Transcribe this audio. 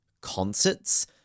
concerts